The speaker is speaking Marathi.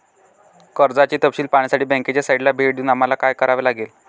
कर्जाचे तपशील पाहण्यासाठी बँकेच्या साइटला भेट देऊन आम्हाला काय करावे लागेल?